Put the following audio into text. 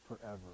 forever